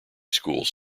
schools